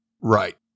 Right